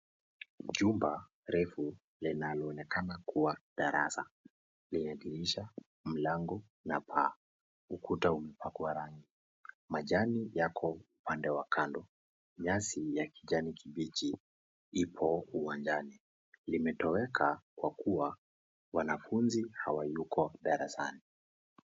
Chumba refu linaloonekana kuwa darasa , lina dirisha, mlango na paa. Ukuta umepakwa rangi majani yako upande wa kando nyasi ya kijani kibichi ipo uwanjani. Limetoweka kwa kuwa wanafunzi hawayuko darasani.